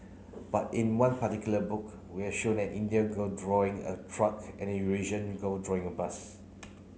but in one particular book we have show an Indian girl drawing a truck and a Eurasian girl drawing a bus